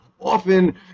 Often